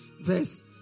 Verse